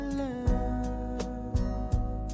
love